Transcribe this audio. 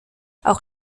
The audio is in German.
auch